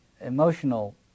emotional